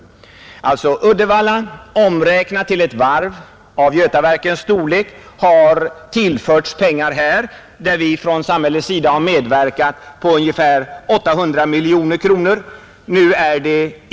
Alltså Uddevalla omräknat till ett varv av Götaverkens storlek har tillförts pengar, där vi från samhällets sida har medverkat, till ett belopp av ungefär 800 miljoner kronor.